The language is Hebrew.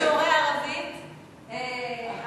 בשיעורי הערבית,